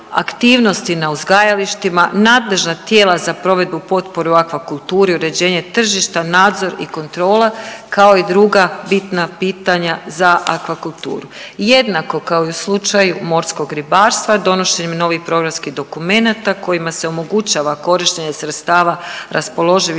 aktivnosti na uzgajalištima, nadležna tijela za provedbu potpora u akvakulturi, uređenje tržišta, nadzor i kontrola kao i druga bitna pitanja za akvakulturu. Jednako kao i u slučaju morskog ribarstva donošenjem novih programskih dokumenata kojima se omogućava korištenje sredstava raspoloživih